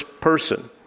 person